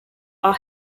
are